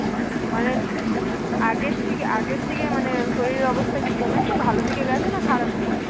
আচ্ছা মানে আগের থেকে আগের থেকে মানে শরীরের অবস্থা কি কমেছে ভালো দিকে গেছে না খারাপ দিকে